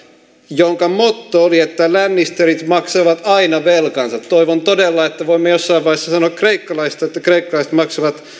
jonka motto oli että lannisterit maksavat aina velkansa toivon todella että voimme jossain vaiheessa sanoa kreikkalaisista että kreikkalaiset maksavat